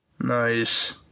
Nice